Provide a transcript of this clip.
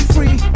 Free